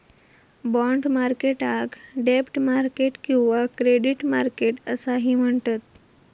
bond मार्केटाक डेब्ट market किंवा क्रेडिट मार्केट असाही म्हणतत